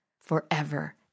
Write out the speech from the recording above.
forever